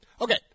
Okay